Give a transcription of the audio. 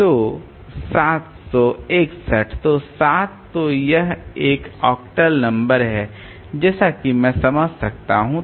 तो 761 तो 7 तो यह एक ऑक्टल नंबर है जैसा कि मैं समझा रहा था